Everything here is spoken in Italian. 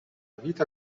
vita